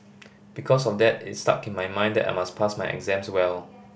because of that it stuck in my mind that I must pass my exams well